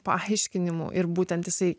paaiškinimų ir būtent jisai